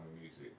music